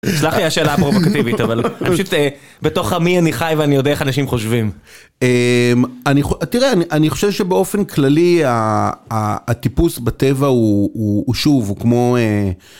סלח לי על השאלה הפרובוקטיבית, אבל אני פשוט בתוך עמי אני חי ואני יודע איך אנשים חושבים. תראה, אני חושב שבאופן כללי הטיפוס בטבע הוא, שוב, הוא כמו...